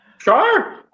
Sure